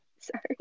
Sorry